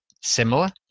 similar